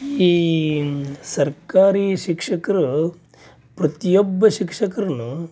ಈ ಸರ್ಕಾರಿ ಶಿಕ್ಷಕರು ಪ್ರತಿಯೊಬ್ಬ ಶಿಕ್ಷಕರೂನು